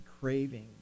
craving